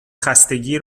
خستگی